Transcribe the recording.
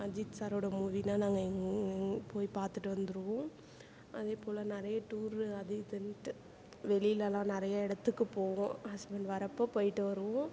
அஜித் சாரோடய மூவினா நாங்கள் எங்க போய் பார்த்துட்டு வந்துடுவோம் அதேபோல் நிறைய டூரு அது இதுன்ட்டு வெளியிலலாம் நிறைய இடத்துக்கு போவோம் ஹஸ்பண்ட் வர்றப்போ போய்ட்டு வருவோம்